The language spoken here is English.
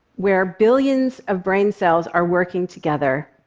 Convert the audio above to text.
where billions of brain cells are working together,